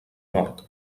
nord